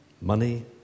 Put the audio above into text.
Money